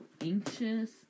anxious